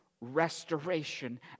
restoration